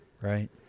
Right